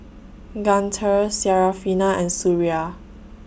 Guntur Syarafina and Suria